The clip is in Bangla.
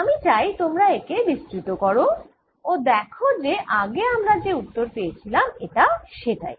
আমি চাই তোমরা একে বিস্তৃত করো ও দেখ যে আগে আমরা যা উত্তর পেয়েছিলাম এটা সেটাই